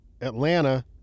Atlanta